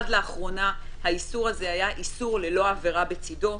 עד לאחרונה האיסור הזה היה איסור ללא עבירה בצדו,